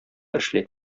эшли